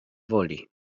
woli